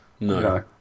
No